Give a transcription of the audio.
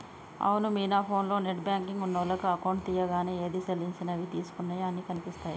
అవును మీనా ఫోన్లో నెట్ బ్యాంకింగ్ ఉన్నోళ్లకు అకౌంట్ తీయంగానే ఏది సెల్లించినవి తీసుకున్నయి అన్ని కనిపిస్తాయి